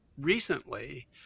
recently